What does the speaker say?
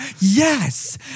Yes